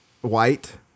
white